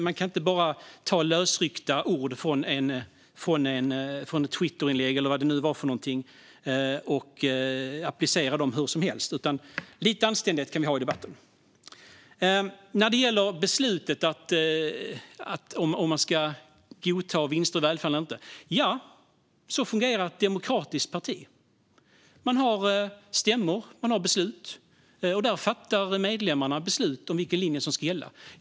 Man kan inte bara ta lösryckta ord från ett Twitterinlägg, eller vad det var, och applicera hur som helst. Lite anständighet kan vi ha i debatten. När det gäller beslutet om att godta vinster i välfärden eller inte är det så ett demokratiskt parti fungerar. Man har stämmor där medlemmarna fattar beslut om vilken linje som ska gälla.